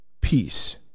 peace